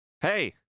Hey